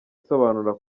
isobanura